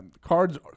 Cards